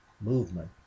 movement